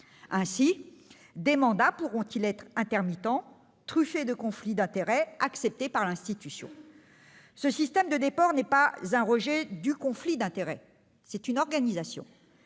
Ainsi, des mandats pourront être intermittents, truffés de conflits d'intérêts acceptés par l'institution ... Ce système de déport ne constitue pas un rejet du conflit d'intérêts : il en est une organisation.